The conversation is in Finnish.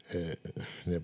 ne